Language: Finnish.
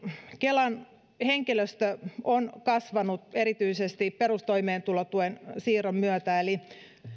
kelan henkilöstö on kasvanut erityisesti perustoimeentulotuen siirron myötä